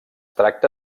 tracta